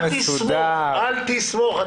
אל תסמוך.